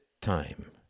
time